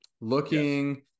looking